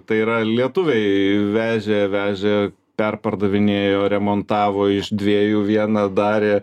tai yra lietuviai vežė vežė perpardavinėjo remontavo iš dviejų vieną darė